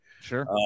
Sure